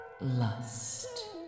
Lust